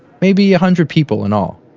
maybe a hundred people in all.